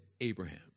Abraham